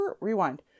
rewind